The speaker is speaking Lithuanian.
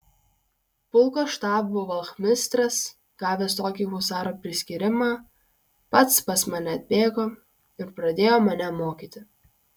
pulko štabo vachmistras gavęs tokį husaro priskyrimą pats pas mane atbėgo ir pradėjo mane mokyti